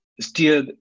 steer